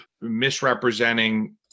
misrepresenting